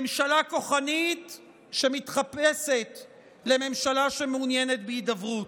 ממשלה כוחנית שמתחפשת לממשלה שמעוניינת בהידברות.